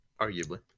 Arguably